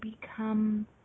become